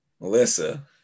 melissa